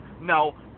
No